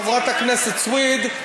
חברת הכנסת סויד,